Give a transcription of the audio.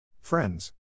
Friends